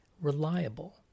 reliable